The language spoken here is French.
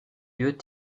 deux